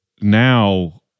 now